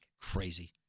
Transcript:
Crazy